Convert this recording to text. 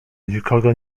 nikogo